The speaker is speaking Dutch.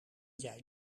jij